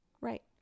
Right